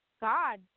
God